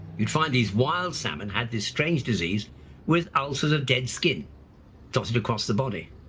you'd find these wild salmon had this strange disease with ulcers of dead skin dotted across the body.